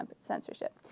censorship